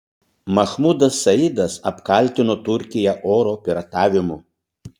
mahmudas saidas apkaltino turkiją oro piratavimu